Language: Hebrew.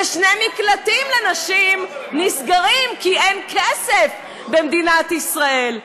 ושני מקלטים לנשים נסגרים כי אין כסף במדינת ישראל.